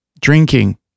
Drinking